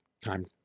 Time